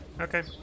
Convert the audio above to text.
Okay